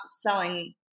selling